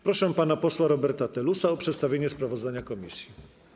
Proszę pana posła Roberta Telusa o przedstawienie sprawozdania komisji.